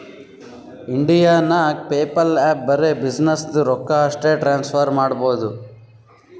India ನಾಗ್ PayPal app ಬರೆ ಬಿಸಿನ್ನೆಸ್ದು ರೊಕ್ಕಾ ಅಷ್ಟೇ ಟ್ರಾನ್ಸಫರ್ ಮಾಡಬೋದು